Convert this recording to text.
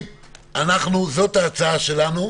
זאת ההצעה שלנו.